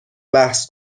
بحث